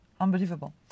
Unbelievable